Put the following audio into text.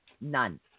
None